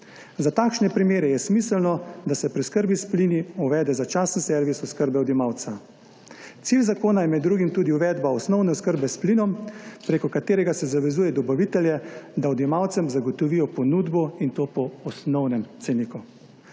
Za takšne primere je smiselno, da se pri oskrbi s plini uvede začasen servis oskrbe odjemalca. Cilj zakona je med drugim tudi uvedba osnovne oskrbe s plinom, preko katerega se zavezujejo dobavitelji, da odjemalcem zagotovijo ponudbo, in to po osnovnem ceniku.